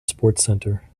sportscenter